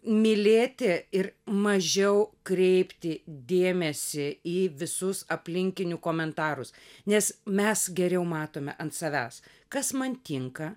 mylėti ir mažiau kreipti dėmesį į visus aplinkinių komentarus nes mes geriau matome ant savęs kas man tinka